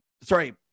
Sorry